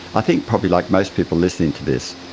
i think probably like most people listening to this,